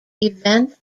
event